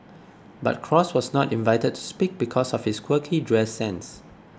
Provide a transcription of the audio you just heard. but cross was not invited to speak because of his quirky dress sense